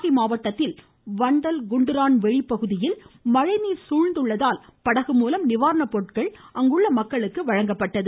நாகை மாவட்டத்தில் வண்டல் குண்டுரான்வெளி பகுதி மழை நீள் சூழ்ந்துள்ளதால் படகு மூலம் நிவாரண பொருட்கள் மக்களுக்கு வழங்கப்பட்டது